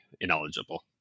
ineligible